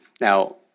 Now